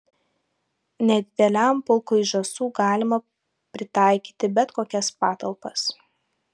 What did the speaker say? nedideliam pulkui žąsų galima pritaikyti bet kokias patalpas